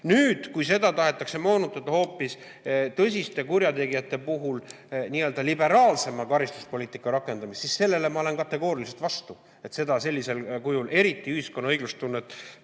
Nüüd, kui seda tahetakse moonutada ja hoopis tõsiste kurjategijate puhul liberaalsemat karistuspoliitikat rakendada, siis sellele ma olen kategooriliselt vastu, seda eriti ühiskonna õiglustunnet